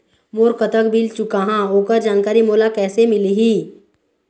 मोर कतक बिल चुकाहां ओकर जानकारी मोला कैसे मिलही?